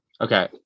Okay